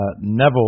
Neville